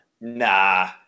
Nah